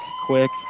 quick